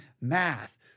math